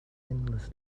endless